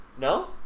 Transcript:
No